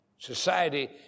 Society